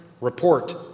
report